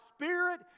spirit